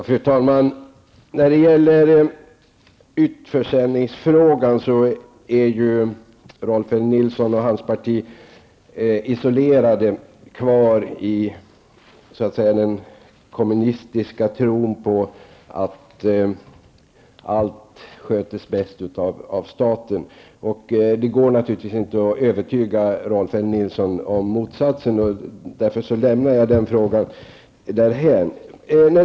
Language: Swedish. Fru talman! I frågan om utförsäljning av Nordbanken är Rolf L Nilson och hans parti isolerade. De tycks vara kvar i den kommunistiska tron på att allt sköts bäst av staten. Det går naturligtvis inte att övertyga Rolf L Nilson om motsatsen, och därför lämnar jag den frågan därhän.